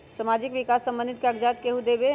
समाजीक विकास संबंधित कागज़ात केहु देबे?